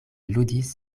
ludis